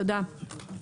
תודה.